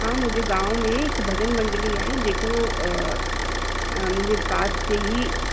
हा मुंहिंजे गांव में हिकु भॼनु मंडली आहे जेको मुंहिंजे पास जे ई